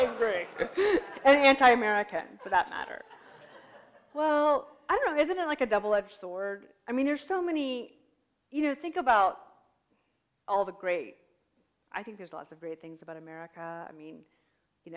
am very anti american for that matter well i wasn't like a double edged sword i mean there's so many you know think about all the great i think there's a lot of great things about america i mean you